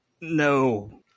no